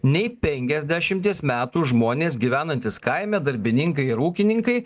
nei penkiasdešimties metų žmonės gyvenantys kaime darbininkai ir ūkininkai